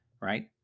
right